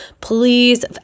Please